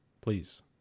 please